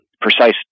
precise